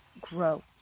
grow